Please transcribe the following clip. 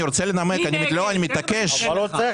אתמול היו ראשי רשויות על השולחן.